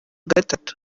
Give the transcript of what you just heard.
gatatu